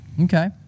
Okay